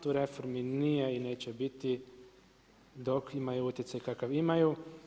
Tu reformi nije i neće biti dok imaju utjecaj kakav imaju.